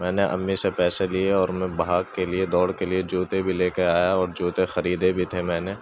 میں نے امی سے پیسے لیے اور میں بھاگ کے لیے دوڑ کے لیے جوتے بھی لے کے آیا اور جوتے خریدے بھی تھے میں نے